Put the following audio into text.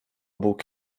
bóg